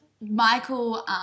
Michael